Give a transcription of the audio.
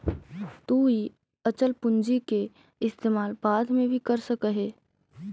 तु इ अचल पूंजी के इस्तेमाल बाद में भी कर सकऽ हे